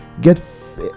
Get